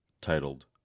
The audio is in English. titled